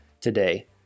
today